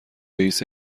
رئیس